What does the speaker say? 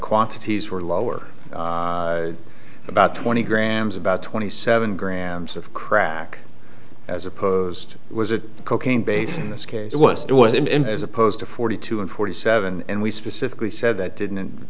quantities were lower about twenty grams about twenty seven grams of crack as opposed was a cocaine base in this case it was it was in him as opposed to forty two and forty seven and we specifically said that didn't